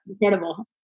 incredible